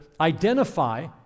identify